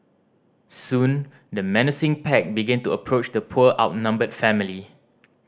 soon the menacing pack began to approach the poor outnumbered family